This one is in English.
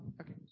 Okay